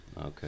Okay